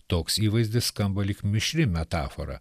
toks įvaizdis skamba lyg mišri metafora